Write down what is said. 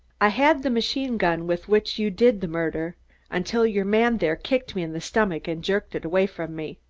i had the machine gun with which you did the murder until your man there kicked me in the stomach and jerked it away from me.